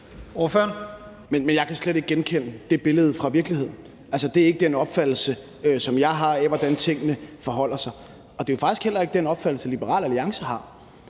Men jeg kan slet ikke genkende det billede af virkeligheden. Det er ikke den opfattelse, jeg har, af, hvordan tingene forholder sig. Det er jo faktisk heller ikke den opfattelse, Liberal Alliance har.